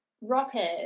Rocket